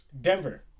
Denver